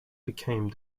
became